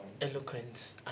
eloquent